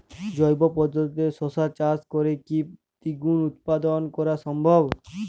জৈব পদ্ধতিতে শশা চাষ করে কি দ্বিগুণ উৎপাদন করা সম্ভব?